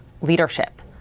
leadership